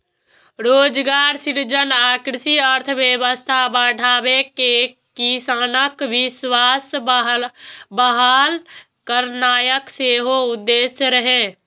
रोजगार सृजन आ कृषि अर्थव्यवस्था बढ़ाके किसानक विश्वास बहाल करनाय सेहो उद्देश्य रहै